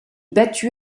battu